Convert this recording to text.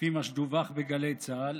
לפי מה שדֻּווח בגלי צה"ל,